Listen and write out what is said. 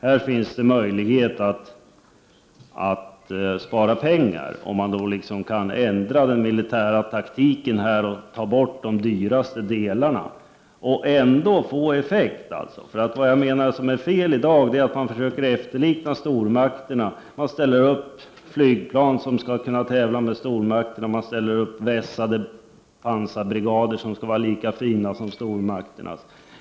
Det finns möjligheter att spara pengar om man kan ändra den militära taktiken och ta bort de dyraste delarna och ändå få effekt. Det som är fel i dag är, menar jag, att man försöker efterlikna stormakterna. Man ställer upp flygplan som skall kunna tävla med stormakternas. Man ställer upp vässade pansarbrigader som skall vara lika fina som stormakternas.